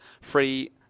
free